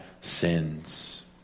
sins